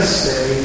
stay